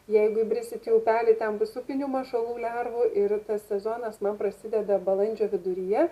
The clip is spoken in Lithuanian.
jeigu įbrisit į upelį ten bus upinių mašalų lervų ir tas sezonas na prasideda balandžio viduryje